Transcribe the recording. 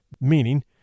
meaning